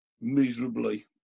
miserably